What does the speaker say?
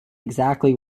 exactly